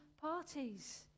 parties